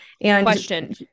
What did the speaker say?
Question